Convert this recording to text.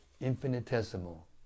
infinitesimal